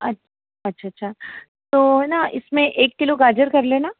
अच अच्छा अच्छा तो ना इसमें एक किलो गाजर कर लेना